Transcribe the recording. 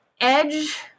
edge